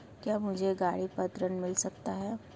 क्या मुझे गाड़ी पर ऋण मिल सकता है?